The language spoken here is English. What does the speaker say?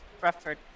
Rufford